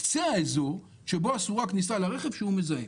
קצה האיזור שבו אסורה הכניסה לרכב מזהם.